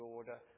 Order